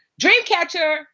Dreamcatcher